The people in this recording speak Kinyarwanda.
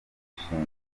ishingiro